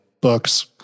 books